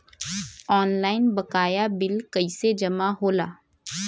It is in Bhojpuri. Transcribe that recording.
ऑनलाइन बकाया बिल कैसे जमा होला?